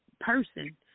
person